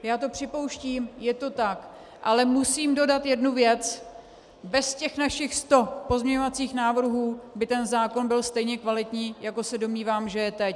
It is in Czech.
Já to připouštím, je to tak, ale musím dodat jednu věc: Bez těch našich sto pozměňovacích návrhů by ten zákon byl stejně kvalitní, jako se domnívám, že je teď.